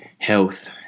health